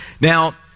Now